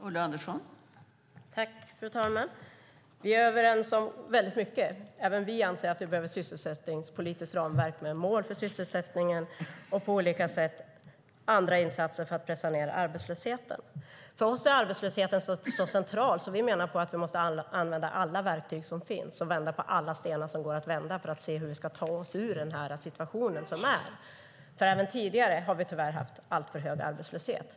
Fru talman! Vi är överens om väldigt mycket. Även vi anser att vi behöver ett sysselsättningspolitiskt ramverk med mål för sysselsättningen och på olika sätt andra insatser för att pressa ned arbetslösheten. För oss är arbetslösheten så central att vi menar att vi måste använda alla verktyg som finns och vända på alla stenar som går att vända på för att se hur vi ska ta oss ur den här situationen. Även tidigare har vi tyvärr haft alltför hög arbetslöshet.